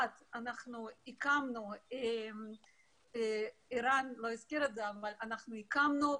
1. הקמנו,